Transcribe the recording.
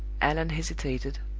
allan hesitated.